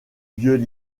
vieux